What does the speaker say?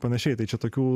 panašiai tai čia tokių